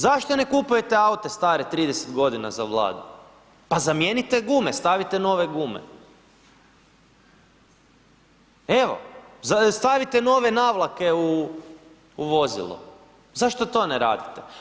Zašto ne kupujete aute stare 30 godina za Vladu, pa zamijenite gume, stavite nove gume, evo, stavite nove navlake u, u vozilo, zašto to ne radite?